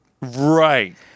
Right